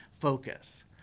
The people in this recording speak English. focus